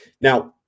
now